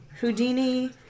Houdini